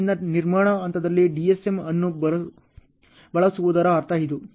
ಆದ್ದರಿಂದ ನಿರ್ಮಾಣ ಹಂತದಲ್ಲಿ DSM ಅನ್ನು ಬಳಸುವುದರ ಅರ್ಥ ಇದು